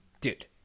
dude